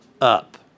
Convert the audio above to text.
up